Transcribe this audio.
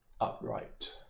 upright